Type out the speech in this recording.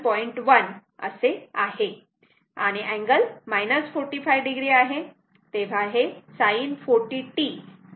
1 असे आहे आणि अँगल 45 o आहे तेव्हा हे sin 40 t 45 o असे येईल